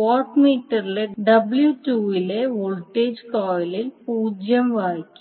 what മീറ്ററിലെ W2 ലെ voltage coil 0 വായിക്കും